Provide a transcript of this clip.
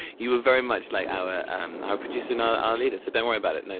you were very much like our um our producer and our ah leader, so don't worry about it.